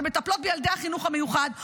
שמטפלות בילדי החינוך המיוחד,